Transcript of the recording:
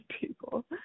people